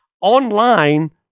online